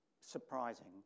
surprising